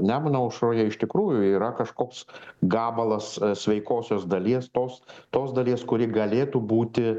nemuno aušroje iš tikrųjų yra kažkoks gabalas sveikosios dalies tos tos dalies kuri galėtų būti